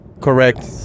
Correct